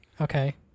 Okay